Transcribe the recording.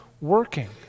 working